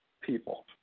people